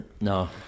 no